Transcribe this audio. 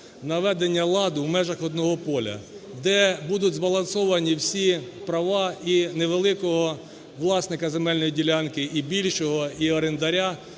наведення ладу в межах одного поля, де будуть збалансовані всі права і невеликого власника земельної ділянки, і більшого, і орендаря.